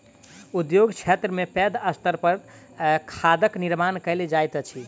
उद्योग क्षेत्र में पैघ स्तर पर खादक निर्माण कयल जाइत अछि